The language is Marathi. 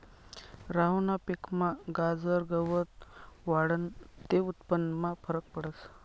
गहूना पिकमा गाजर गवत वाढनं ते उत्पन्नमा फरक पडस